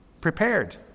Prepared